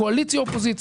קואליציה אופוזיציה,